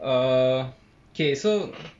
err K so